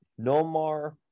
Nomar